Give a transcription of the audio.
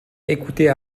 écoutait